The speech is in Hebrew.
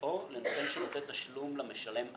או לנותן שירותי תשלום למשלם אחר.